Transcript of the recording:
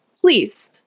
please